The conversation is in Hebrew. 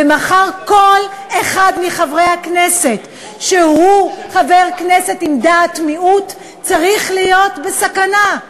ומחר כל אחד מחברי הכנסת שהוא חבר כנסת עם דעת מיעוט צריך להיות בסכנה.